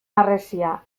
harresia